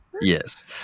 Yes